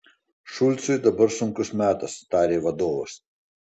šulcui dabar sunkus metas tarė vadovas